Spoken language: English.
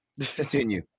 Continue